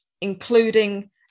including